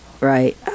Right